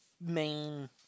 main